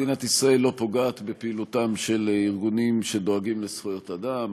מדינת ישראל לא פוגעת בפעילותם של ארגונים שדואגים לזכויות אדם,